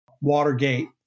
Watergate